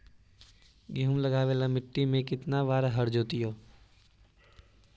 गेहूं लगावेल मट्टी में केतना बार हर जोतिइयै?